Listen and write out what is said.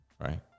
Right